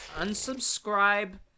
unsubscribe